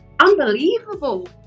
unbelievable